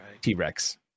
T-Rex